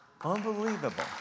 Unbelievable